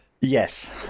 yes